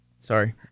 Sorry